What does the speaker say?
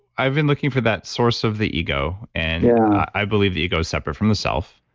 i've been looking for that source of the ego and i believe the ego is separate from the self,